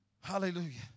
hallelujah